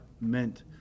meant